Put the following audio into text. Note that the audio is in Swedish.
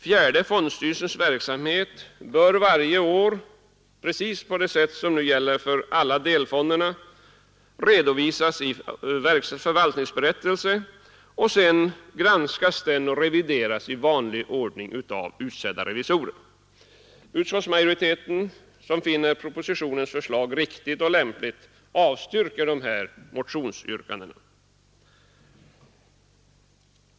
Fjärde fondstyrelsens verksamhet bör varje år, precis på det sätt som nu gäller för alla delfonderna, redovisas i förvaltningsberättelsen, och sedan granskas och revideras denna i vanlig ordning av utsedda revisorer. Utskottsmajoriteten, som finner propositionens förslag riktigt och lämpligt, avstyrker dessa motionsyrkanden.